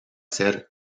ser